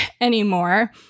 anymore